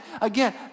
Again